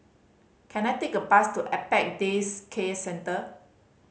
can I take a bus to Apex Day Care Centre